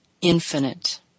infinite